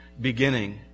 beginning